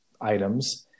items